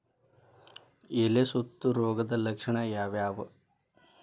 ಎಲೆ ಸುತ್ತು ರೋಗದ ಲಕ್ಷಣ ಯಾವ್ಯಾವ್?